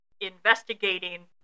investigating